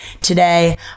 today